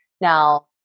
Now